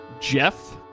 Jeff